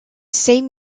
same